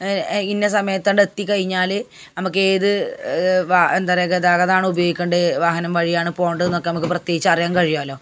ഇന്ന സമയത്ത് എത്തി കഴിഞ്ഞാൽ നമ്മൾക്ക് ഏത് എന്താണ് പറയുക ഗതാഗതമാണോ ഉപയോഗിക്കേണ്ടത് വാഹനം വഴിയാണ് പോകേണ്ടത് എന്നൊക്കെ നമുക്ക് പ്രത്യേകിച്ച് അറിയാൻ കഴിയാമല്ലോ